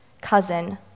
cousin